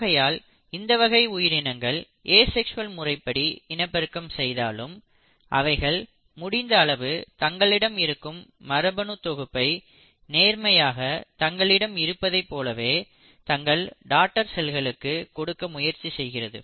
ஆகையால் இந்த வகை உயிரினங்கள் ஏசெக்ஸ்வல் முறைப்படி இனப்பெருக்கம் செய்தாலும் அவைகள் முடிந்த அளவு தங்களிடம் இருக்கும் மரபணுத் தொகுப்பை நேர்மையாக தங்களிடம் இருப்பதை போலவே தங்கள் டாட்டர் செல்களுக்கு கொடுக்க முயற்சி செய்கிறது